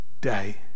day